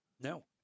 no